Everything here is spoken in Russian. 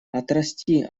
отрасти